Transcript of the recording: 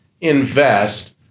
invest